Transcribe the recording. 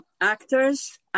actors